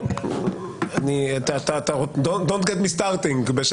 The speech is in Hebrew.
אל תיתן לי להתחיל.